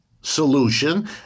solution